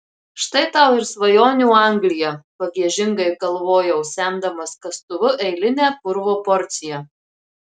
štai tau ir svajonių anglija pagiežingai galvojau semdamas kastuvu eilinę purvo porciją